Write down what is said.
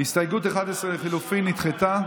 הסתייגות 11 לחלופין נדחתה.